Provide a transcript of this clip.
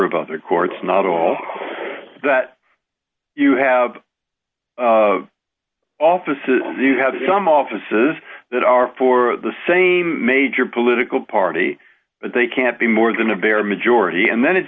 of other courts not all that you have offices you have some offices that are for the same major political party but they can't be more than a bare majority and then it